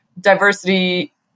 diversity